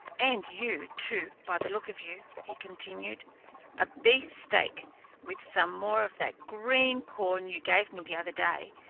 and you, too, by the look of you, he continued a beefsteak, with some more of that green corn you gave me the other day,